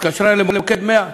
התקשרה למוקד 100,